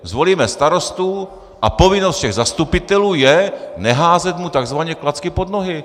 Zvolíme starostu a povinnost všech zastupitelů je neházet mu takzvaně klacky pod nohy.